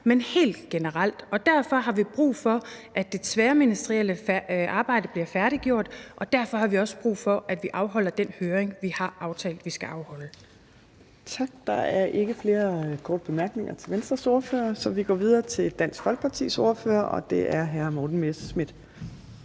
men helt generelt, og derfor har vi brug for, at det tværministerielle arbejde bliver færdiggjort, og derfor har vi også brug for, at vi afholder den høring, vi har aftalt at vi skal afholde. Kl. 15:21 Fjerde næstformand (Trine Torp): Tak. Der er ikke flere korte bemærkninger til Venstres ordfører. Så vi går videre til Dansk Folkepartis ordfører, og det er hr. Morten Messerschmidt